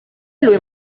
lui